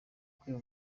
kwiba